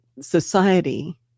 society